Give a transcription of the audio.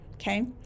Okay